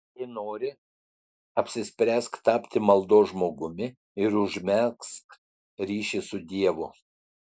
jei nori apsispręsk tapti maldos žmogumi ir užmegzk ryšį su dievu